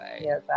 Yes